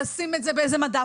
לשים את זה על איזה מדף,